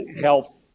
health